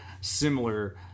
similar